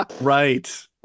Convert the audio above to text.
Right